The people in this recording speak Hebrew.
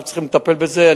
אנחנו צריכים לטפל בזה,